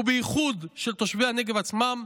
ובייחוד של תושבי הנגב עצמם,